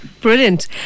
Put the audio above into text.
Brilliant